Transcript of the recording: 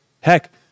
Heck